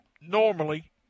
Normally